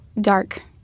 dark